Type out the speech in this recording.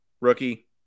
rookie